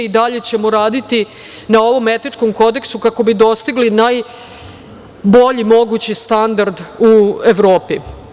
I dalje ćemo raditi na ovom etičkom kodeksu, kako bi dostigli najbolji mogući standard u Evropi.